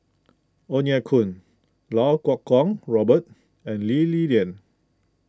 Ong Ye Kung Lau Kuo Kwong Robert and Lee Li Lian